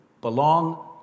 belong